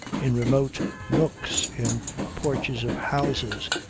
in remote nooks in porches of houses,